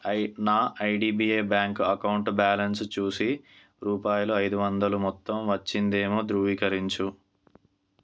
I నా IDBI bank account balance చూసి రూపాయలు ఐదువందలు మొత్తం వచ్చిందేమో ధృవీకరించు